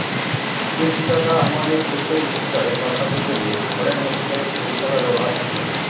বিদেশী টাকা আমাদের দেশের মুদ্রায় পাল্টাতে গেলে ফরেন এক্সচেঞ্জ পরিষেবা ব্যবহার করতে হয়